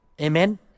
amen